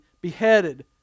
beheaded